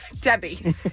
Debbie